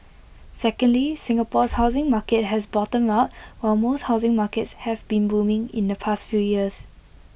secondly Singapore's housing market has bottomed out while most housing markets have been booming in the past few years